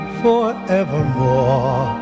forevermore